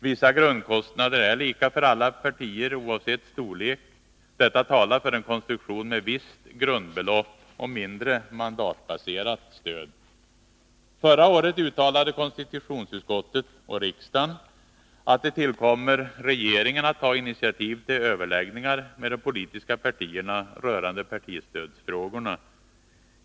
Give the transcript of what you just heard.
Vissa grundkostnader är lika för alla partier oavsett storlek. Detta talar för en konstruktion med visst grundbelopp och mindre mandatbaserat stöd. Förra året uttalade konstitutionsutskottet och riksdagen att det tillkommer regeringen att ta initativ till överläggningar med de politiska partierna rörande partistödsfrågorna.